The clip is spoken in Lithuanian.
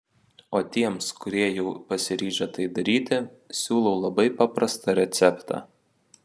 o tiems kurie jau pasiryžę tai daryti siūlau labai paprastą receptą